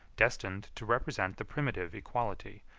destined to represent the primitive equality,